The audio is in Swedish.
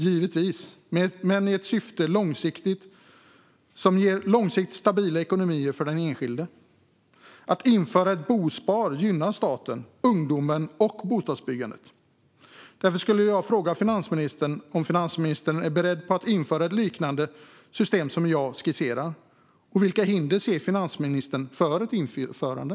Givetvis; men det skulle vara med syftet att ge långsiktigt stabil ekonomi för den enskilde. Att införa ett bosparande gynnar staten, ungdomen och bostadsbyggandet. Är finansministern beredd att införa ett liknande system som det jag skisserar? Vilka hinder ser finansministern för ett införande?